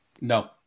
no